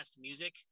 Music